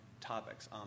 topics